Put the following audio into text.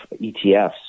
ETFs